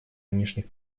нынешних